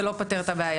זה לא פותר את הבעיה.